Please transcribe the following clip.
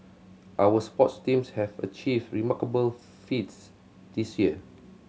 our sports teams have achieve remarkable feats this year